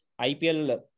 IPL